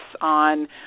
on